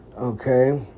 Okay